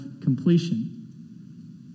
completion